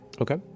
Okay